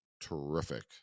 terrific